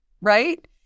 Right